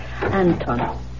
Anton